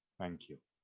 thank you.